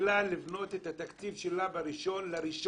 מתחילה לבנות את התקציב שלה באחד בינואר.